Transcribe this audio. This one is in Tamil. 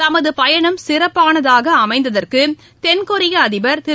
தமது பயணம் சிறப்பானதாக அமைந்ததற்கு தென் கொரிய அதிபர் திரு